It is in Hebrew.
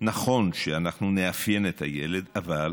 נכון, אנחנו נאפיין את הילד, אבל